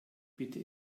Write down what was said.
bitte